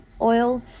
oil